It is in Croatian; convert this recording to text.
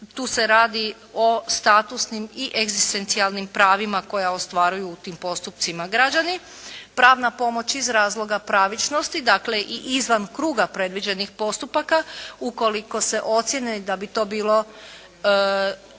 Tu se radi o statusnim i egzistencijalnim pravima koja ostvaruju u tim postupcima građani. Pravna pomoć iz razloga pravičnosti. Dakle i izvan kruga predviđenih postupaka ukoliko se ocijeni da bi to bilo